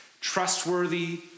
trustworthy